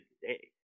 today